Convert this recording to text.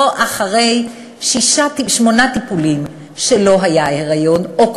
או אחרי שמונה טיפולים שלא היה היריון בעקבותיהם,